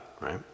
right